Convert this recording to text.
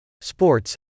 Sports